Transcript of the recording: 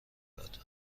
داد